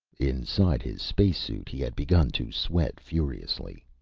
inside his space suit, he had begun to sweat furiously.